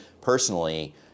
personally